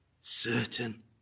certain